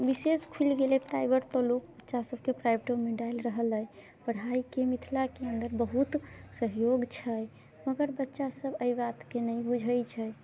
विशेष खुलि गेलै प्राइवेट तऽ लोक बच्चा सबके लोग प्राइवेटोमे डालि रहल अइ पढ़ाइके मिथिलाके अन्दर बहुत सहयोग छै मगर बच्चा सब अइ बातके नहि बूझै छै